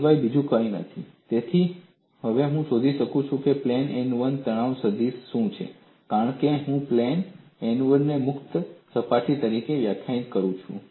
સિવાય બીજું કંઈ નથી તેથી હવે હું શોધી શકું છું કે પ્લેન n 1 પર તણાવ સદીશ શું છે કારણ કે હું પ્લેન n 1 ને મુક્ત સપાટી તરીકે વ્યાખ્યાયિત કરું છું